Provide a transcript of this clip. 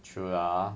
true lah